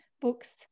books